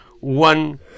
one